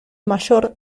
mayor